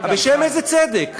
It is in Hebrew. בשם איזה צדק?